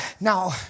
now